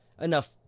enough